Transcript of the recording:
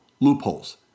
loopholes